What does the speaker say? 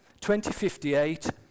2058